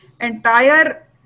entire